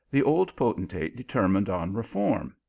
the old poten tate determined on reform,